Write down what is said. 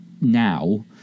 now